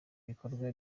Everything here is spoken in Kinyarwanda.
bikorwa